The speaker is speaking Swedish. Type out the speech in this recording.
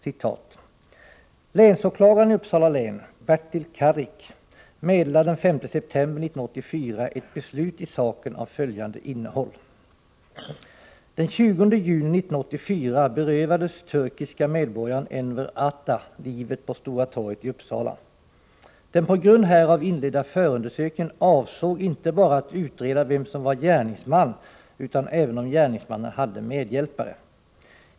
Det är advokaten Tomas Nilsson som gjort denna JO-anmälan, och han skriver där bl.a. följande, som jag vill läsa in till kammarens protokoll: grund härav inledda förundersökningen avsåg inte bara att utreda vem som var gärningsman, utan även om gärningsmannen hade medhjälpare.